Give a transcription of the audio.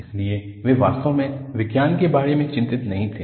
इसलिए वे वास्तव में विज्ञान के बारे में चिंतित नहीं थे